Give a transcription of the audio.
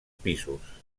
pisos